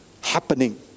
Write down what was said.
happening